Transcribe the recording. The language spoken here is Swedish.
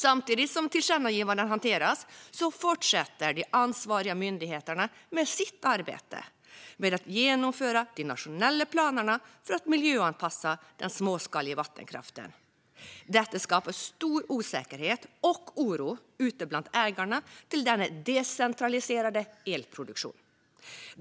Samtidigt som tillkännagivandena hanteras fortsätter de ansvariga myndigheterna med sitt arbete med att genomföra de nationella planerna för att miljöanpassa den småskaliga vattenkraften. Detta skapar stor osäkerhet och oro ute bland ägarna till denna decentraliserade elproduktion.